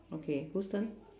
okay whose turn